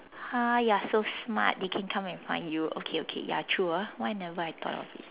ah you are so smart they can come and find you okay okay ya true ah why I never thought of it